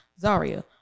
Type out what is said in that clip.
Zaria